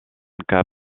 cup